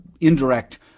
indirect